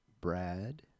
Brad